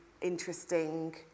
interesting